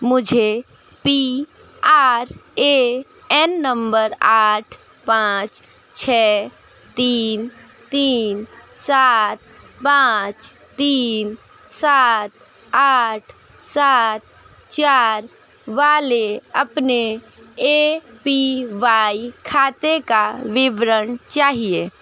मुझे P R A N number आठ पाँच छः तीन तीन सात पाँच तीन सात आठ सात चार वाले अपने ए पी वाई खाते का विवरण चाहिए